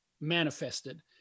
manifested